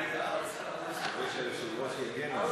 מקווה שהיושב-ראש יגן עלי.